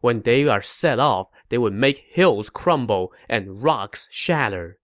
when they are set off, they would make hills crumble and rocks shatter